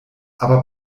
aber